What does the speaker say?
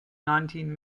nineteen